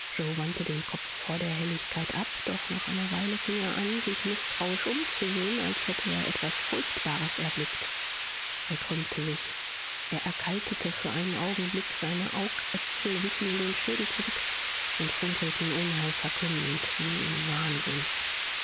den kopf vor der helligkeit ab doch nach einer weile fing er an sich mißtrauisch umzusehen als hätte er etwas furchtbares erblickt er krümmte sich er erkaltete für einen augenblick seine augäpfel wichen in den schädel zurück und funkelten unheilverkündend wie im wahnsinn